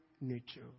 nature